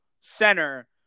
center